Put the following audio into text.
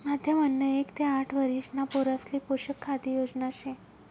माध्यम अन्न एक ते आठ वरिषणा पोरासले पोषक खाद्य योजना शे